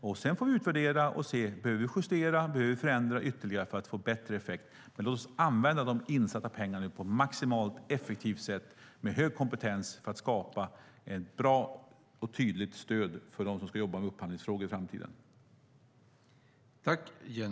Sedan får vi utvärdera och se om vi behöver justera och förändra ytterligare för att få bättre effekt. Man låt oss använda de insatta pengarna på maximalt effektivt sätt med hög kompetens för att skapa ett bra och tydligt stöd för dem som ska jobba med upphandlingsfrågor i framtiden.